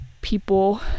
people